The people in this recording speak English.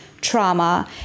trauma